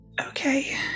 Okay